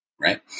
Right